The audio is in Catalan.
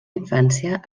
infància